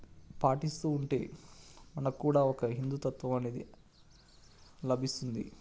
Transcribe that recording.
పాటిస్తు ఉంటే మనకు కూడా ఒక హిందుతత్వం అనేది లభిస్తుంది